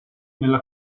nella